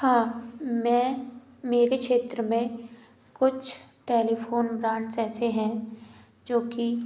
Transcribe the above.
हाँ मैं मेरे क्षेत्र में कुछ टेलीफोन ब्रांच ऐसे हैं जो कि